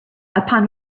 upon